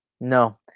No